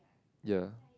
ya